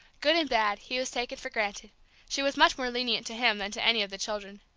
good and bad, he was taken for granted she was much more lenient to him than to any of the children.